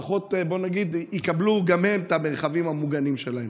לפחות יקבלו גם הם את המרחבים המוגנים שלהם?